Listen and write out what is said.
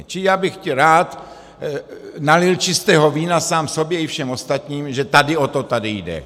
Čili já bych rád nalil čistého vína sám sobě i všem ostatním, že tady o to tady jde.